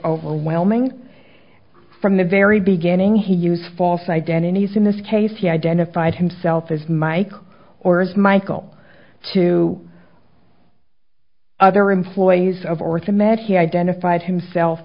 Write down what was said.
overwhelming from the very beginning he use false identities in this case he identified himself as michael or as michael to other employees of or to met he identified himself